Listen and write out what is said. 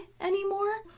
anymore